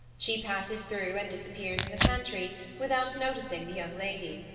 she passes through and disappears in the pantry without noticing the young lady.